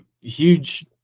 Huge